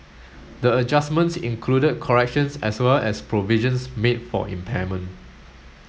the adjustments included corrections as well as provisions made for impairment